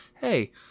hey